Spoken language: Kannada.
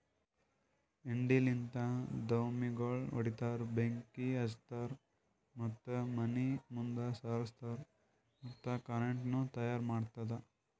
ಹೆಂಡಿಲಿಂತ್ ದ್ವಾಮಿಗೋಳ್ ಹೊಡಿತಾರ್, ಬೆಂಕಿ ಹಚ್ತಾರ್ ಮತ್ತ ಮನಿ ಮುಂದ್ ಸಾರುಸ್ತಾರ್ ಮತ್ತ ಕರೆಂಟನು ತೈಯಾರ್ ಮಾಡ್ತುದ್